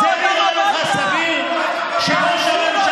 זה נראה לך סביר, תחזירו אותם הביתה.